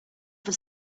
for